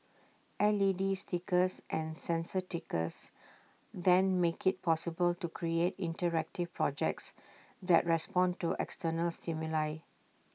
L E D stickers and sensor stickers then make IT possible to create interactive projects that respond to external stimuli